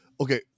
Okay